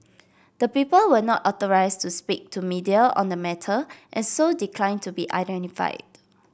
the people were not authorised to speak to media on the matter and so declined to be identified